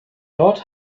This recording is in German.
dort